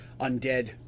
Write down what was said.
undead